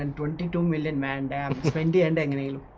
and two and two million man down spending and any i mean